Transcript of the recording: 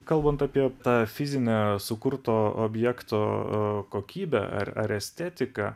kalbant apie tą fizinę sukurto objekto o kokybę ar ar estetiką